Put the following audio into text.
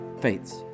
Faith's